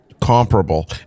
comparable